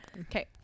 Okay